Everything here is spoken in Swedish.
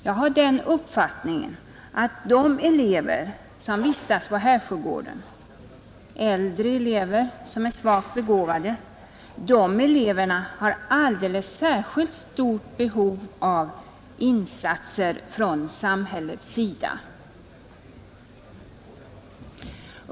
Jag har den uppfattningen att de elever som vistas på Härsjögården — äldre elever som är svagt begåvade — har alldeles särskilt stort behov av insatser från samhället.